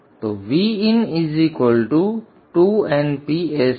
તો Vin 2Np Ac Bmfs